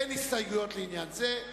אין הסתייגויות לעניין זה.